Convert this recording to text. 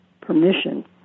permission